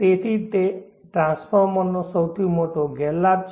તેથી તે આ ટ્રાન્સફોર્મરનો સૌથી મોટો ગેરલાભ છે